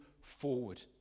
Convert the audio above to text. forward